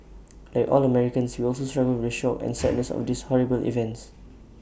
like all Americans we also struggle with shock and sadness of these horrible events